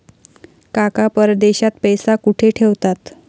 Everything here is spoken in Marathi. काका परदेशात पैसा कुठे ठेवतात?